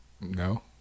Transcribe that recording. No